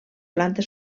planta